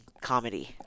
comedy